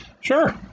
Sure